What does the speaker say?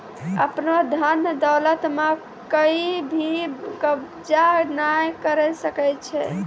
आपनो धन दौलत म कोइ भी कब्ज़ा नाय करै सकै छै